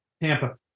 Tampa